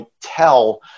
tell